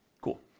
Cool